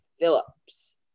Phillips